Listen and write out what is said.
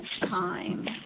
time